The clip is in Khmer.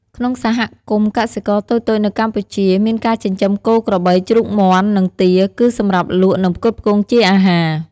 ក្នុងសហគមន៍កសិករតូចៗនៅកម្ពុជា មានការចិញ្ចឹម គោ ក្របី ជ្រូក មាន់ និងទា គឺសម្រាប់លក់ និងផ្គត់ផ្គង់ជាអាហារ។